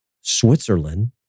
Switzerland